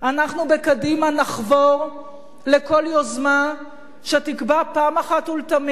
אנחנו בקדימה נחבור לכל יוזמה שתקבע פעם אחת ולתמיד